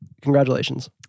congratulations